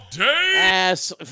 Ass